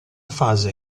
fase